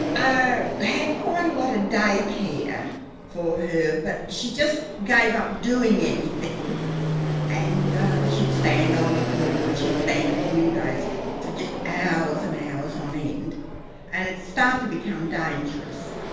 had quite a lot of day care for her but she just gave up doing anything and she'd stand on the corner and she'd stand at the windows for just hours and hours on end and it started to become dangerous.